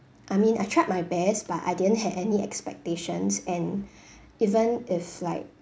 I mean I tried my best but I didn't had any expectations and even if like